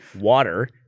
water